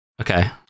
Okay